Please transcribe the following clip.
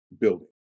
building